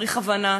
צריך הבנה,